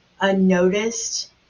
unnoticed